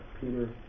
Peter